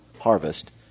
harvest